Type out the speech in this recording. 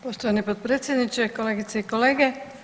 Poštovani potpredsjedniče, kolegice i kolege.